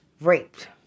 Raped